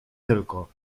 tylko